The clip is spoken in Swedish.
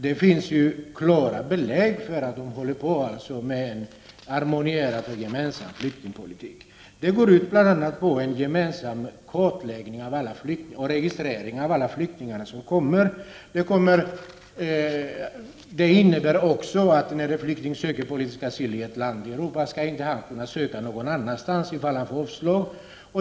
Det finns klara belägg för att man arbetar på en harmoniserad och gemensam flyktingpolitik. Bl.a. görs en gemensam kartläggning och registrering av alla flyktingar. Det innebär också att den flykting som ansöker om politisk asyl i ett land i Europa inte skall kunna söka asyl någon annanstans ifall det blir avslag.